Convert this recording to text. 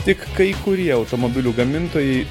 tik kai kurie automobilių gamintojai